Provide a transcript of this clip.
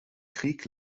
krieg